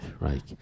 right